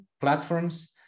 platforms